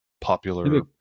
popular